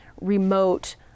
remote